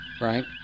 right